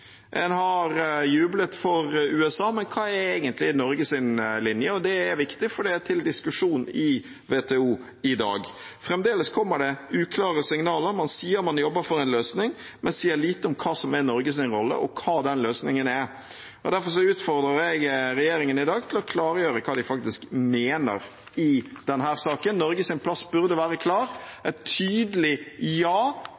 En har jublet for USA, men hva er egentlig Norges linje? Det er viktig, for det er til diskusjon i WTO i dag. Fremdeles kommer det uklare signaler. Man sier man jobber for en løsning, men sier lite om hva som er Norges rolle, og hva den løsningen er. Derfor utfordrer jeg regjeringen i dag til å klargjøre hva de faktisk mener i denne saken. Norges plass burde være